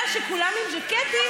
כי אני רק עכשיו מתחילה לדבר.